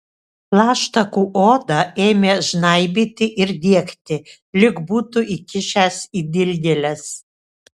plaštakų odą ėmė žnaibyti ir diegti lyg būtų įkišęs į dilgėles